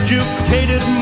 Educated